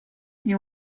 you